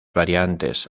variantes